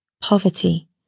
poverty